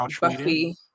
Buffy